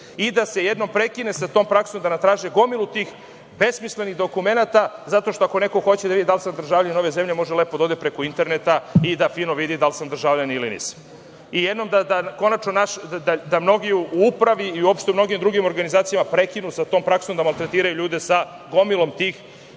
i da se jednom prekine sa tom praksom da nam traže gomilu tih besmislenih dokumenata. Ako neko hoće da vidi da li sam državljanin ove zemlje, može lepo da ode preko interneta i da fino vidi da li sam državljanin ili nisam i da jednom konačno mnogi u upravi i uopšte u mnogim drugim organizacijama prekinu sa tom praksom da maltretiraju ljude sa gomilom tih